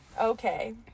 Okay